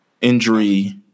injury